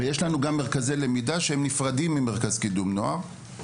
ויש לנו גם מרכזי למידה שהם נפרדים ממרכז קידום נוער.